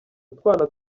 utwana